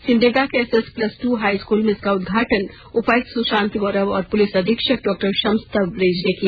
सिमडेगा के SS plus two high school में इसका उदघाटन उपायुक्त सुशांत गौरव और पुलिस अधीक्षक डॉ शम्स तबरेज ने किया